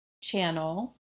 channel